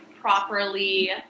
properly